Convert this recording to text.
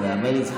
וזה ייאמר לזכותו.